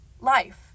life